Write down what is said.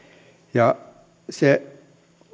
ja se